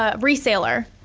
ah resaler,